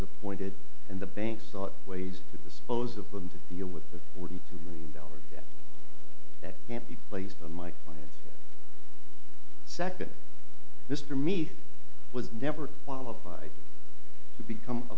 appointed and the bank sought ways to dispose of them to deal with the forty two million dollars that can't be placed on my second mr me was never qualified to become a